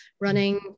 running